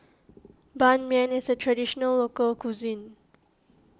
Ban Mian is a Traditional Local Cuisine